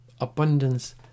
abundance